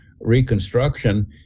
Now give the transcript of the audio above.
reconstruction